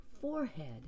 forehead